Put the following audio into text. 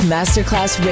Masterclass